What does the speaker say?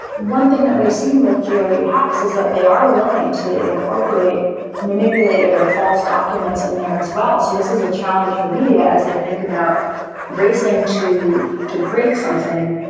one thing that we've seen with jerry hawkes is that they are willing to incorporate manipulated or false documents in there as well. so this is a challenge for media as they think about racing to to break something.